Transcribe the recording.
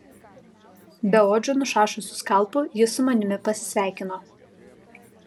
beodžiu nušašusiu skalpu jis su manimi pasisveikino